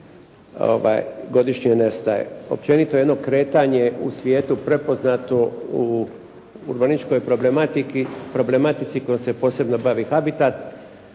godišnje nestaje. Općenito jedno kretanje u svijetu prepoznato u urbanističkoj problematici kojom se posebno bavi habitat,